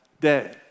day